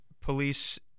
police